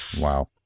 Wow